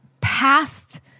past